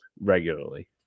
regularly